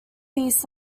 east